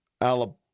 Alabama